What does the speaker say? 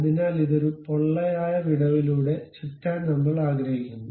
അതിനാൽ ഇത് ഒരു പൊള്ളയായ വിടവിലൂടെ ചുറ്റാൻ നമ്മൾ ആഗ്രഹിക്കുന്നു